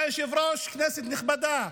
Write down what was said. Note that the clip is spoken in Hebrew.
כבוד היושב-ראש, כנסת נכבדה,